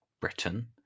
Britain